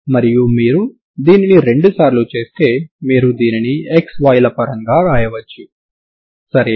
మరియు మీరు దీనిని రెండు సార్లు చేస్తే మీరు దీనిని xy ల పరంగా వ్రాయవచ్చు సరేనా